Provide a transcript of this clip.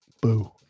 boo